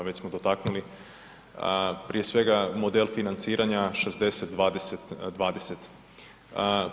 Već smo dotaknuli prije svega model financiranja 60, 20, 20.